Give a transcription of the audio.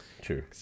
true